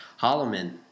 Holloman